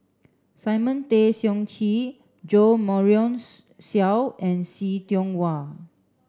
Simon Tay Seong Chee Jo Marion Seow and See Tiong Wah